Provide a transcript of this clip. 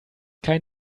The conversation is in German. kein